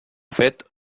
fet